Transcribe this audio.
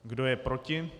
Kdo je proti?